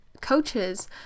coaches